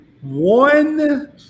One